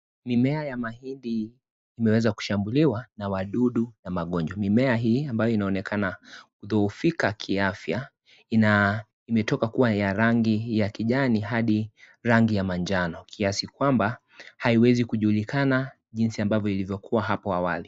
Mimea ya mahindi imeweza kushambiliwa na wadudu na magojwa, mimea hii ambayo inaonekana kudhohofika kiafya imetoka kuwa ya rangi ya kijani hadi rangi ya manjano kiasi kwamba haiwezi kujulikana jinsi ambavyo ilivyokuwa hapo hawali.